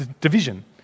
division